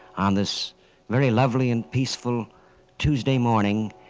on this very lovely and peaceful tuesday morning,